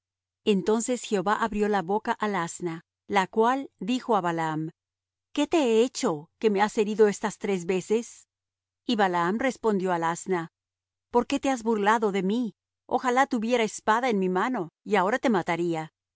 entonces jehová abrió la boca al asna la cual dijo á balaam qué te he hecho que me has herido estas tres veces y balaam respondió al asna porque te has burlado de mí ojalá tuviera espada en mi mano que ahora te mataría